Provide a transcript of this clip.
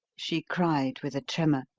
she cried with a tremor,